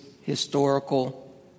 historical